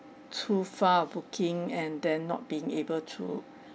too far booking and then not being able to